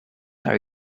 are